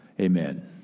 Amen